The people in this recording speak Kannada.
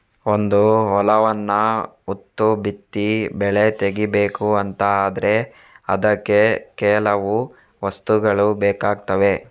ಒಂದು ಹೊಲವನ್ನ ಉತ್ತು ಬಿತ್ತಿ ಬೆಳೆ ತೆಗೀಬೇಕು ಅಂತ ಆದ್ರೆ ಅದಕ್ಕೆ ಕೆಲವು ವಸ್ತುಗಳು ಬೇಕಾಗ್ತವೆ